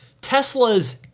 Tesla's